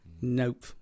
nope